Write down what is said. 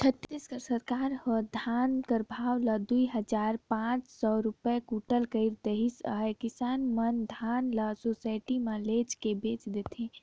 छत्तीसगढ़ सरकार ह धान कर भाव ल दुई हजार पाच सव रूपिया कुटल कइर देहिस अहे किसान मन धान ल सुसइटी मे लेइजके बेच देथे